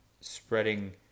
spreading